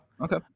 Okay